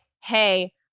hey